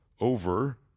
over